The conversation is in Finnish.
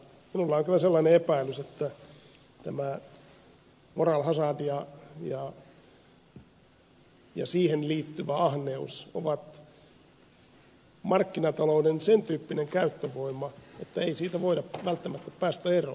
minulla on kyllä sellainen epäilys että tämä moral hazard ja siihen liittyvä ahneus ovat markkinatalouden sen tyyppinen käyttövoima että ei niistä voida välttämättä päästä eroon